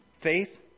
Faith